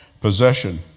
possession